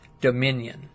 Dominion